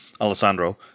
Alessandro